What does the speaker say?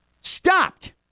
stopped